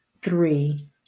three